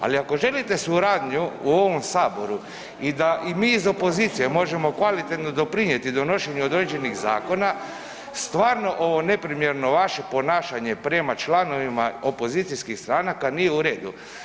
Ali ako želite suradnju u ovom Saboru i da i mi iz opozicije možemo kvalitetno doprinijeti donošenju određenih zakona, stvarno ovo neprimjerno vaše ponašanje prema članovima opozicijskih stranaka nije u redu.